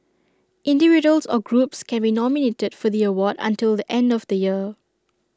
individuals or groups can be nominated for the award until the end of the year